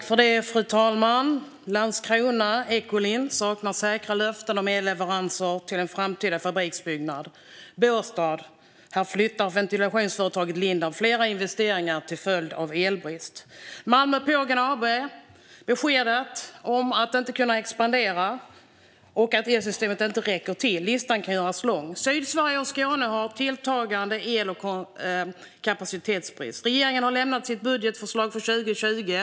Fru talman! I Landskrona saknar Ecolean säkra löften om elleveranser till en framtida fabriksbyggnad. I Båstad flyttar ventilationsföretaget Lindab flera investeringar till följd av elbrist. I Malmö ger Pågen beskedet att man inte kan expandera eftersom elsystemet inte räcker till. Listan kan göras lång. Sydsverige och Skåne har tilltagande el och kapacitetsbrist. Regeringen har lämnat sitt budgetförslag för 2020.